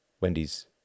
Wendy's